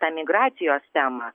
tą migracijos temą